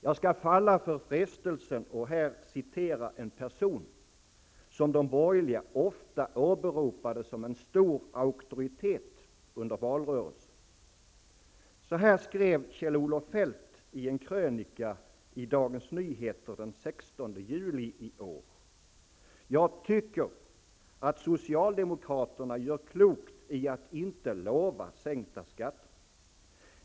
Jag skall falla för frestelsen och här citera en person, som de borgerliga under valrörelsen ofta åberopade som en stor auktoritet. Så här skrev ''Jag tycker att socialdemokratin gör klokt i att inte lova sänkta skatter.